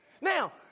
Now